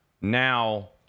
Now